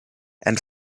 and